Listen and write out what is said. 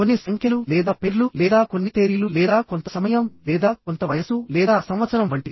కొన్ని సంఖ్యలు లేదా పేర్లు లేదా కొన్ని తేదీలు లేదా కొంత సమయం లేదా కొంత వయస్సు లేదా సంవత్సరం వంటివి